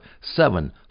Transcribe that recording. Seven